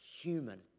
human